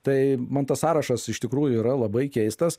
tai man tas sąrašas iš tikrųjų yra labai keistas